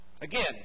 Again